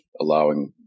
allowing